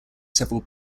several